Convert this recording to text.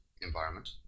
environment